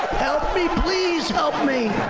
help me, please, help me!